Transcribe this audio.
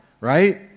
right